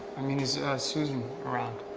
i mean, is susan around?